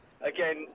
again